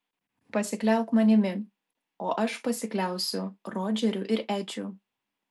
pasikliauk manimi o aš pasikliausiu rodžeriu ir edžiu